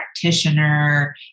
practitioner